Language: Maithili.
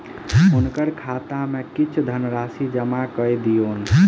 हुनकर खाता में किछ धनराशि जमा कय दियौन